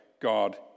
God